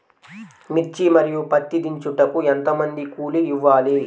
మిర్చి మరియు పత్తి దించుటకు ఎంత కూలి ఇవ్వాలి?